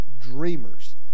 dreamers